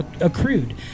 accrued